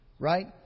Right